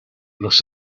los